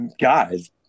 guys